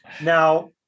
Now